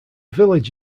village